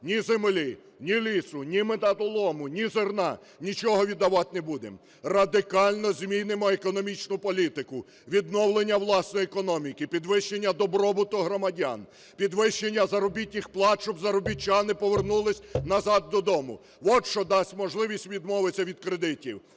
ні землі, ні лісу, ні металолому, ні зерна – нічого віддавать не будемо. Радикально змінимо економічну політику: відновлення власної економіки, підвищення добробуту громадян, підвищення заробітних плат, щоб заробітчани повернулися назад додому – от що дасть можливість відмовитися від кредитів